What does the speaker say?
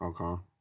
Okay